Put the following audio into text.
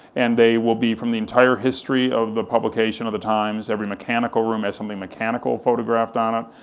and they will be from the entire history of the publication of the times, every mechanical room has something mechanical photographed on it,